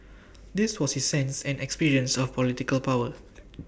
this was his sense and experience of political power